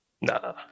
Nah